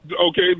Okay